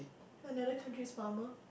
another countries farmer